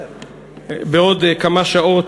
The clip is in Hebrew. בעוד כמה שעות,